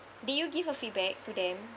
did you give a feedback to them